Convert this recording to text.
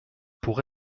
pour